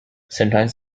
sometimes